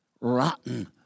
rotten